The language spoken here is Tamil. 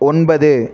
ஒன்பது